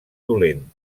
dolent